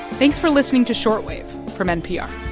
thanks for listening to short wave from npr